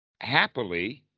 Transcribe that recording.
happily